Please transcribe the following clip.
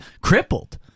crippled